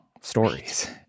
stories